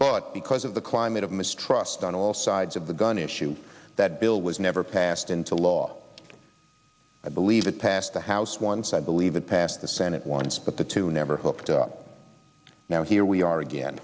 but because of the climate of mistrust on all sides of the gun issue that bill was never passed into law i believe it passed the house once i believe it passed the senate once but the two never hooked up now here we are again